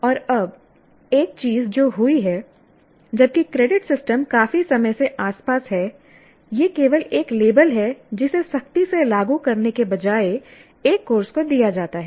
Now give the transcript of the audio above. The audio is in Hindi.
और अब एक चीज जो हुई है जबकि क्रेडिट सिस्टम काफी समय से आसपास है यह केवल एक लेबल है जिसे सख्ती से लागू करने के बजाय एक कोर्स को दिया जाता है